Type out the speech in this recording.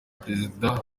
perezida